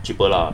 cheaper lah